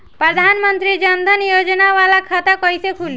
प्रधान मंत्री जन धन योजना वाला खाता कईसे खुली?